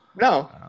No